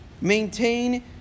Maintain